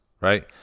right